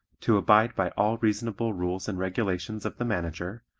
to abide by all reasonable rules and regulations of the manager,